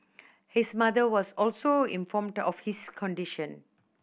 his mother was also informed of his condition